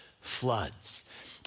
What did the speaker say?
floods